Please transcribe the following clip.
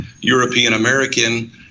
European-American